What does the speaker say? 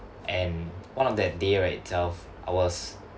and one of that day right itself I was